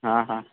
હા હા